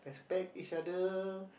expect each other